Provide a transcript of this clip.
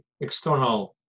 external